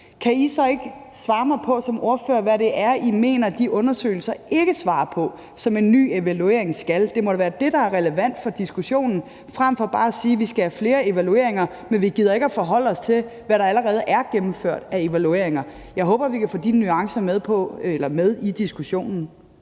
Kan I så ikke svare mig på som ordførere, hvad det er, I mener de undersøgelser ikke svarer på, som en ny evaluering skal svare på? Det må da være det, der er relevant for diskussionen, frem for bare at sige, at vi skal have flere evalueringer, men vi ikke gider at forholde sig til, hvad der allerede er gennemført af evalueringer. Jeg håber, vi kan få de nuancer med i diskussionen.